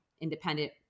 independent